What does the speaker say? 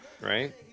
Right